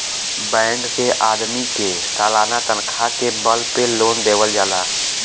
bank के आदमी के सालाना तनखा के बल पे लोन देवल जाला